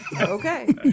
Okay